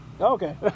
okay